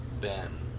Ben